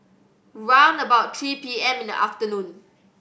round about three P M in the afternoon